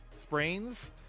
sprains